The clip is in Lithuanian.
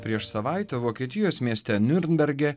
prieš savaitę vokietijos mieste niurnberge